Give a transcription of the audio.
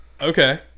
okay